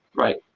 right.